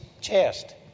chest